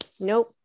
nope